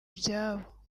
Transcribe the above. byabo